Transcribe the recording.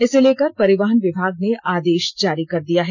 इसे लेकर परिवहन विभाग ने आदेश जारी कर दिया है